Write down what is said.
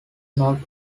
north